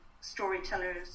storytellers